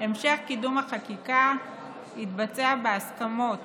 המשך קידום החקיקה יתבצע בהסכמות